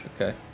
okay